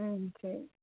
ம் சரி